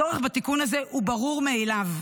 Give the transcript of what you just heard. הצורך בתיקון הזה הוא ברור מאליו.